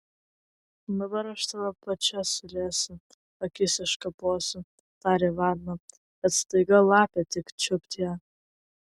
dabar aš tave pačią sulesiu akis iškaposiu tarė varna bet staiga lapė tik čiupt ją